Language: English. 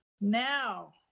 now